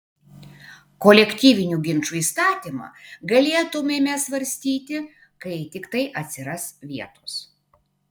kolektyvinių ginčų įstatymą galėtumėme svarstyti kai tiktai atsiras vietos